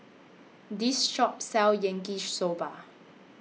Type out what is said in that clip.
This Shop sells Yaki Soba